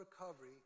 recovery